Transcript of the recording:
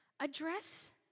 Address